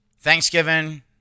Thanksgiving